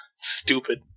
stupid